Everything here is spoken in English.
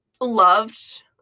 loved